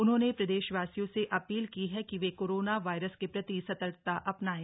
उन्होंने प्रदेश वासियों से अपील कि है कि वे कोरोना वायरस के प्रति सतर्कता अपनायें